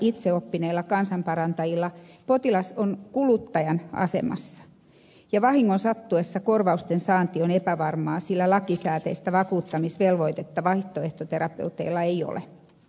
itseoppineilla kansanparantajilla potilas on kuluttajan asemassa ja vahingon sattuessa korvausten saanti on epävarmaa sillä lakisääteistä vakuuttamisvelvoitetta vaihtoehtoterapeuteilla ei ole